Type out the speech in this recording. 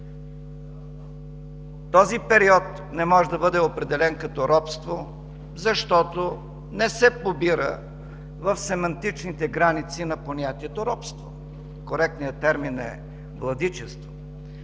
Този период не може да бъде определен като робство, защото не се побира в семантичните граници на понятието „робство“. Коректният термин е „владичество“.